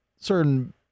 certain